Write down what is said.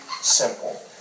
simple